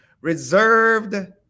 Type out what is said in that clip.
reserved